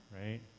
right